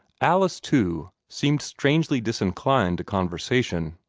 alice too, seemed strangely disinclined to conversation.